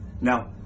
Now